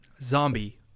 zombie